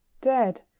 dead